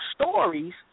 stories